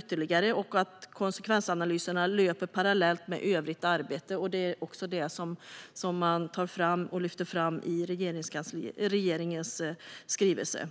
ytterligare och att konsekvensanalyserna ska löpa parallellt med övrigt arbete. Det är också detta som regeringen lyfter fram i sin skrivelse.